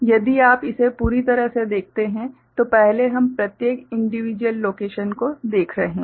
यदि आप इसे पूरी तरह से देखते हैं तो पहले हम प्रत्येक इंडिविजुअल लोकेशन को देख रहे हैं